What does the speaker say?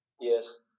Yes